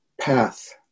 path